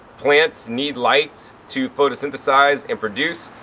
plants need lights to photosynthesize and produce.